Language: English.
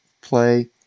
play